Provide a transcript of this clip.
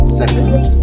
seconds